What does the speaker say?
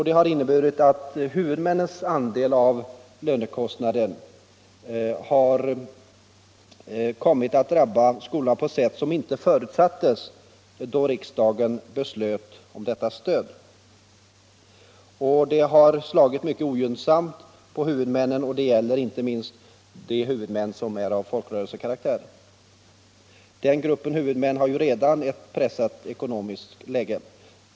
Det har inneburit att huvudmännens andel av lönekostnaden kommit att drabba skolorna på ett sätt som inte förutsattes när riksdagen beslöt om detta stöd. Det har slagit mycket ogynnsamt på huvudmännen, och det gäller inte minst de huvudmän som är av folkrörelsekaraktär. Den gruppen av huvudmän har ju redan ett pressat ekonomiskt läge.